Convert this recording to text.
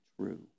true